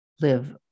live